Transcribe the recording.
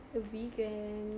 a vegan